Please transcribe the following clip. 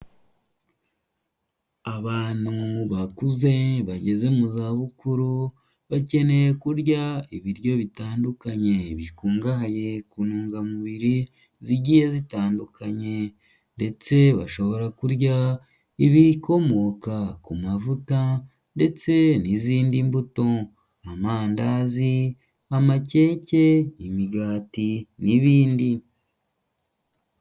Abantu bakuze bageze mu zabukuru bakeneye kurya ibiryo bitandukanye bikungahaye ku ntungamubiri zigiye zitandukanye ndetse bashobora kurya ibikomoka ku mavuta ndetse n'izindi mbuto, amandazi, amakeke, imigati n'ibindi.